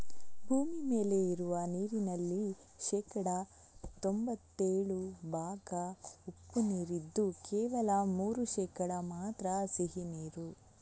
ಭೂಮಿ ಮೇಲೆ ಇರುವ ನೀರಿನಲ್ಲಿ ಶೇಕಡಾ ತೊಂಭತ್ತೇಳು ಭಾಗ ಉಪ್ಪು ನೀರಿದ್ದು ಕೇವಲ ಮೂರು ಶೇಕಡಾ ಮಾತ್ರ ಸಿಹಿ ನೀರು